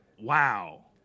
Wow